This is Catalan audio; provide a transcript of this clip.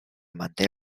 manté